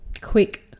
quick